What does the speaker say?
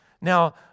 Now